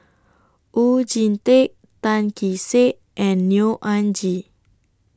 Oon Jin Teik Tan Kee Sek and Neo Anngee